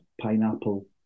pineapple